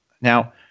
Now